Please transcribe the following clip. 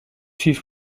suivent